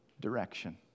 direction